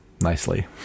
nicely